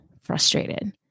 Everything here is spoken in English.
frustrated